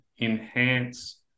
enhance